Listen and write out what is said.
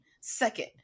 second